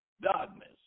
darkness